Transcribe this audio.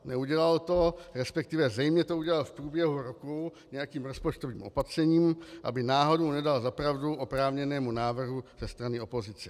Neudělal to, resp. zřejmě to udělal v průběhu roku nějakým rozpočtovým opatřením, aby náhodou nedal za pravdu oprávněnému návrhu ze strany opozice.